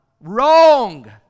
wrong